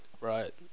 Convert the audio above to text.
Right